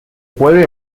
puede